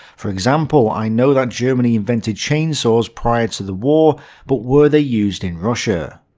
for example, i know that germany invented chainsaws prior to the war but were they used in russia?